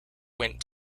went